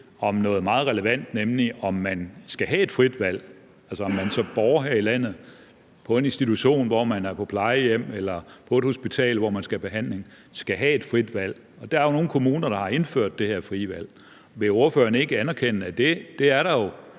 om noget meget relevant, nemlig om man skal have et frit valg – altså, om man som borger her i landet på en institution, på et plejehjem eller på et hospital, hvor man skal have behandling, skal have et frit valg. Der er jo nogle kommuner, der har indført det her frie valg. Vil ordføreren ikke anerkende, at det er der jo?